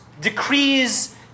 decrees